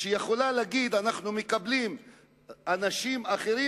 שיכולה להגיד: אנחנו מקבלים אנשים אחרים,